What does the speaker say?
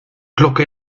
glucke